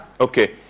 Okay